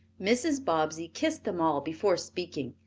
mrs. bobbsey kissed them all before speaking.